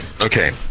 Okay